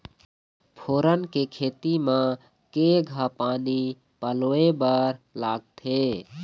फोरन के खेती म केघा पानी पलोए बर लागथे?